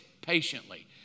patiently